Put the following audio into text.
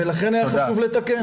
ולכן היה חשוב לתקן.